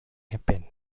happen